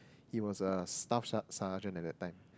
he was a staff ser~ sergeant at that time